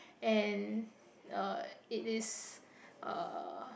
and uh it is uh